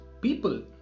people